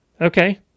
Okay